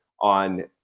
on